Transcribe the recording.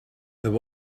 there